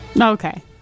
okay